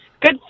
Good